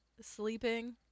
sleeping